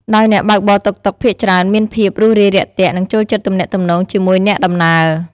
ដោយអ្នកបើកបរតុកតុកភាគច្រើនមានភាព រួសរាយរាក់ទាក់ និងចូលចិត្តទំនាក់ទំនងជាមួយអ្នកដំណើរ។